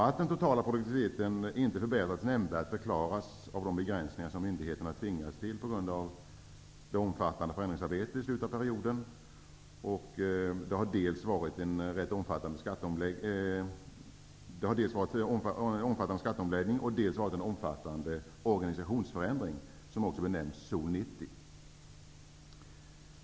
Att den totala produktiviteten inte förbättrats nämnvärt förklaras av de begränsningar som myndigheterna tvingades till på grund av ett omfattande förändringsarbete i slutet av perioden; det har dels varit en rätt omfattande skatteomläggning, dels en omfattande organisationsförändring, som benämnts Sol 90.